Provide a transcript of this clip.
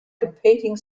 competing